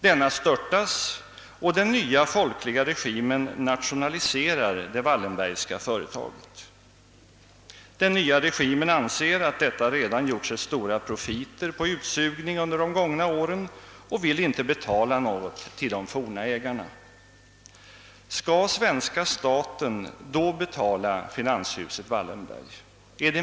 Denna störtas och den nya, folkliga regimen nationaliserar det Wallenbergska företaget. Den nya regimen anser att företaget redan gjort sig stora profiter på utsugning under de gångna åren och vill inte betala något till de forna ägarna. Skall svenska staten då betala finanshuset Wallenberg?